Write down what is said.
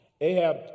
Ahab